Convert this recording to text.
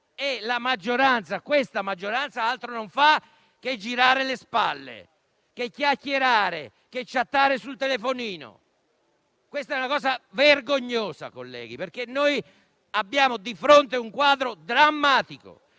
questa maggioranza, altro non fa che girare le spalle, chiacchierare e chattare sul telefonino. Questa è una cosa vergognosa, colleghi, perché noi abbiamo di fronte un quadro drammatico.